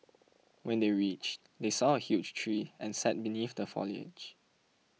when they reached they saw a huge tree and sat beneath the foliage